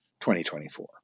2024